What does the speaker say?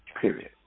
period